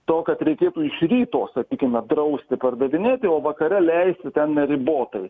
to kad reikė iš ryto sakykime drausti pardavinėti o vakare leisti ten neribotai